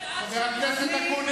איך את לא מתביישת לדבר,